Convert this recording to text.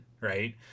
Right